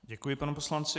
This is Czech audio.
Děkuji panu poslanci.